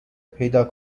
پیدا